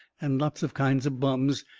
and lots of kinds of bums,